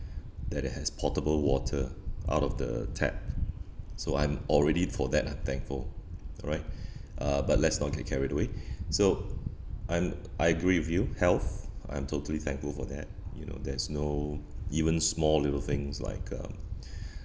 that has portable water out of the tap so I'm already for that I'm thankful alright uh but let's not get carried away so I'm I agree with you health I'm totally thankful for that you know there's no even small little things like um